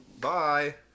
Bye